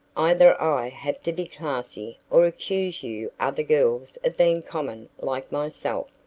either i have to be classy or accuse you other girls of being common like myself.